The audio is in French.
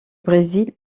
brésil